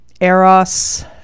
eros